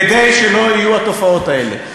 כדי שלא יהיו התופעות האלה.